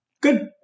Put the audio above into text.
good